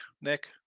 Nick